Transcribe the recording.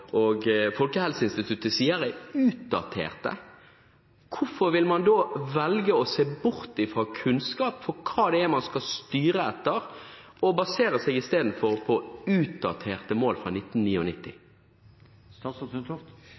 og Folkehelseinstituttet sier er utdaterte, hvorfor velger man da å se bort fra kunnskap om hva man skal styre etter, og baserer seg isteden på utdaterte mål fra